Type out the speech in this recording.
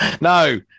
No